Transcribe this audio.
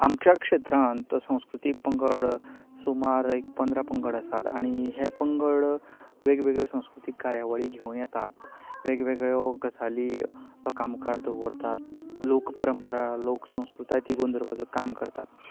आमच्या क्षेत्रांत संस्कृतीक पंगड सुमार पंदरा पंगड आसात आनी हे पंगड वेग वेगळ्यो संस्कृतीक कार्यावळी घेवन येतात वेग वेगळ्यो गजाली लोकां मुखार दवरतात लोक संसकृताय लोक परंपरा तिगोवन दवरपाचें काम करतात